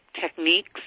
techniques